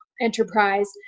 enterprise